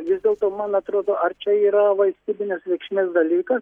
vis dėlto man atrodo čia yra valstybinės reikšmės dalykas